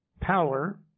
power